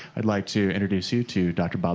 i'd like to introduce you to dr. bob